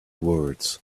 words